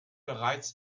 bereits